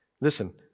Listen